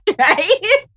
right